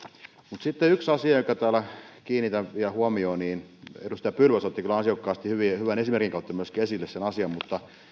mutta sitten yksi asia johon täällä kiinnitän vielä huomiota myöskin edustaja pylväs otti kyllä ansiokkaasti hyvän esimerkin kautta esille sen asian eli